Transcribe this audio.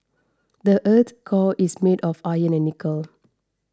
the earth's core is made of iron and nickel